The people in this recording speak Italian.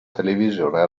televisione